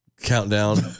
countdown